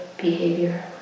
behavior